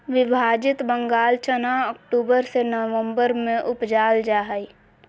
विभाजित बंगाल चना अक्टूबर से ननम्बर में उपजाल जा हइ